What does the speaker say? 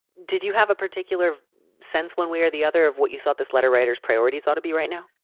did you have a particular sense one way or the other of what you thought this letter writers priorities ought to be right now?